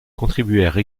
contribuèrent